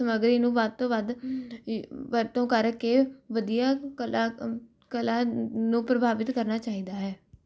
ਸਮੱਗਰੀ ਨੂੰ ਵੱਧ ਤੋਂ ਵੱਧ ਅ ਵਰਤੋਂ ਕਰਕੇ ਵਧੀਆ ਕਲਾ ਅ ਕਲਾ ਨੂੰ ਪ੍ਰਭਾਵਿਤ ਕਰਨਾ ਚਾਹੀਦਾ ਹੈ